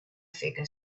figure